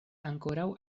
ankoraŭ